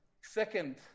Second